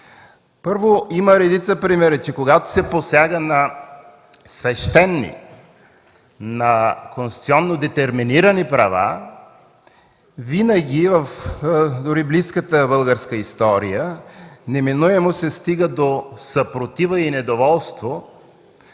Първо, има редица примери, че когато се посяга на свещени, на конституционно детерминирани права винаги, дори в близката българска история, неминуемо се стига до съпротива и недоволство